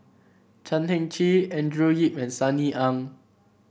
Chan Heng Chee Andrew Yip and Sunny Ang